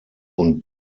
und